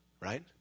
Right